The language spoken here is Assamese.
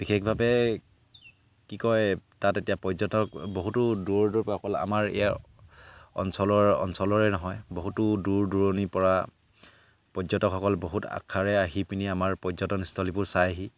বিশেষভাৱে কি কয় তাত এতিয়া পৰ্যটক বহুতো দূৰৰ দূৰৰ পৰা আমাৰ ইয়াৰ অঞ্চলৰ অঞ্চলৰে নহয় বহুতো দূৰ দূৰণিৰ পৰা পৰ্যটকসকল বহুত আশাৰে আহি পিনি আমাৰ পৰ্যটনস্থলীবোৰ চায়হি